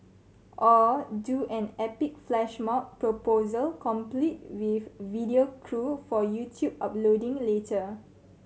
or do an epic flash mob proposal complete with video crew for YouTube uploading later